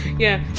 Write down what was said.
yeah.